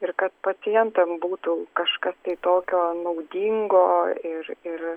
ir kad pacientam būtų kažkas tai tokio naudingo ir ir